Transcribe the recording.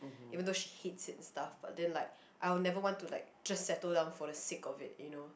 even though she hates it stuff but then like I will never want to like just settle down for the sake of it you know